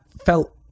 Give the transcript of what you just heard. felt